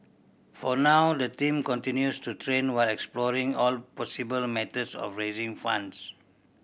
for now the team continues to train while exploring all possible methods of raising funds